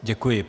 Děkuji.